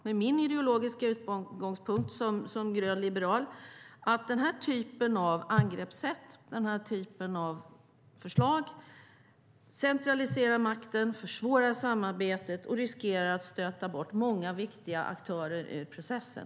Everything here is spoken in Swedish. Med min ideologiska utgångspunkt som grön liberal tror jag att den här typen av angreppssätt, den här typen av förslag i stället centraliserar makten, försvårar samarbetet och riskerar att stöta bort många viktiga aktörer ur processen.